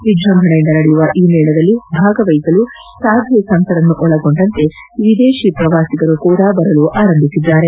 ವಿಜೃಂಭಣೆಯಿಂದ ನಡೆಯುವ ಈ ಮೇಳದಲ್ಲಿ ಭಾಗವಹಿಸಲು ಸಾಧು ಸಂತರನ್ನು ಒಳಗೊಂಡಂತೆ ವಿದೇಶಿ ಪ್ರವಾಸಿಗರು ಕೂಡಾ ಬರಲು ಆರಂಭಿಸಿದ್ದಾರೆ